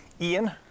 ian